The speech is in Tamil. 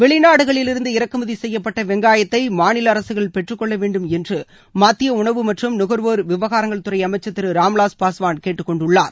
வெளிநாடுகளிலிருந்து இறக்குமதி செய்யப்பட்ட வெங்காயத்தை மாநில அரசுகள் பெற்றுக் கொள்ள வேண்டும் என்று மத்திய உணவு மற்றும் நுகர்வோர் விவகாரங்கள் துறை அமைச்சர் திரு ராம்விலாஸ் பாஸ்வான் கேட்டுக்கொண்டுள்ளார்